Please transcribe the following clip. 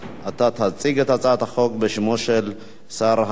אתה תציג את הצעת החוק בשמו של שר התעשייה,